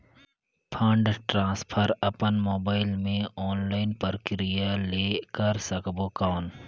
Fund transfer अपन mobile मे online प्रक्रिया ले कर सकबो कौन?